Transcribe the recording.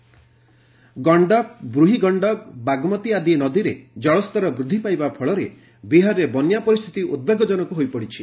flood Bihar Gandak ବୃହି ଗଶ୍ତକ ବାଗମତୀ ଆଦି ନଦୀରେ ଜଳସ୍ତର ବୃଦ୍ଧି ପାଇବା ଫଳରେ ବିହାରରେ ବନ୍ୟା ପରିସ୍ଥିତି ଉଦ୍ବେଗଜନକ ହୋଇପଡ଼ିଛି